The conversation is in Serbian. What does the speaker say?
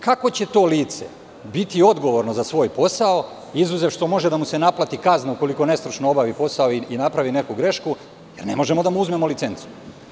Kako će to lice biti odgovorno za svoj posao, izuzev što može da mu se naplati kazna ukoliko nestručno obavi posao i napravi neku grešku, jer ne možemo da mu uzmemo licencu?